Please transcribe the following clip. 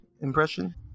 impression